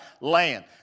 land